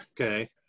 Okay